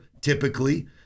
typically